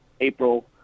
April